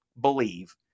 believe